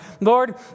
Lord